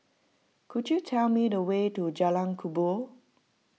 could you tell me the way to Jalan Kubor